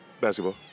Basketball